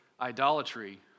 idolatry